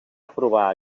aprovar